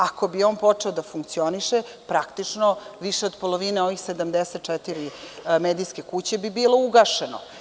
Ako bi on počeo da funkcioniše, praktično više od polovine ovih 74 medijske kuće bi bilo ugašeno.